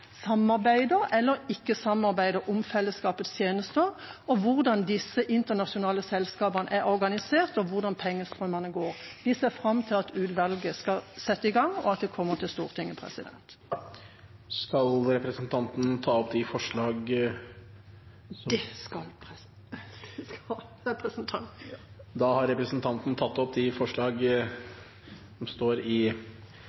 eller ikke samarbeider – om fellesskapets tjenester, over hvordan disse internasjonale selskapene er organisert, og hvordan pengestrømmene går. Vi ser fram til at utvalget skal sette i gang, og at det kommer til Stortinget. Jeg tar med dette opp de forslagene Arbeiderpartiet har alene eller sammen med andre. Representanten Kari Henriksen har tatt opp de